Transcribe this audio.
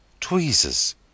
Tweezers